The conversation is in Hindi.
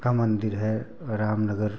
का मंदिर है रामनगर